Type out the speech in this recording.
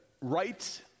right